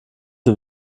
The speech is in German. sie